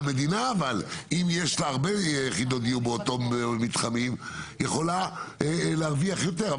אבל המדינה אם יש לה הרבה יחידות דיור באותם מתחמים יכולה להרוויח יותר,